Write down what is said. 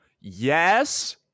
Yes